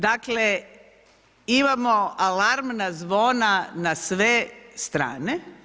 Dakle imamo alarmna zvona na sve strane.